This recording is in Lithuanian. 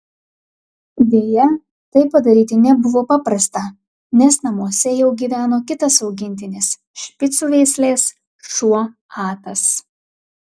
deja tai padaryti nebuvo paprasta nes namuose jau gyveno kitas augintinis špicų veislės šuo atas